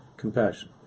compassion